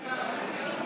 קרעי.